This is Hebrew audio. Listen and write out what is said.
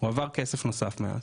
הועבר כסף נוסף מאז.